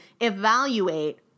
evaluate